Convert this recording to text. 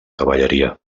cavalleria